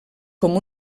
com